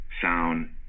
sound